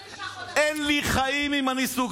הייתה מדינה נהדרת עד